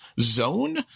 zone